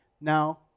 now